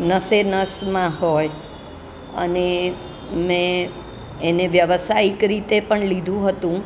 નસે નસમાં હોય અને મેં એને વ્યવસાયિક રીતે પણ લીધું હતું